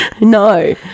no